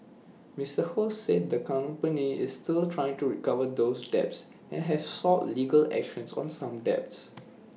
Mister ho said the company is still trying to recover those debts and have sought legal action on some debts